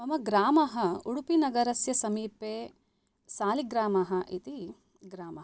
मम ग्राम उडुपिनगरस्य समीपे सालिग्राम इति ग्राम